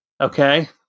okay